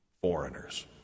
foreigners